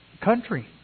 country